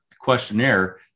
questionnaire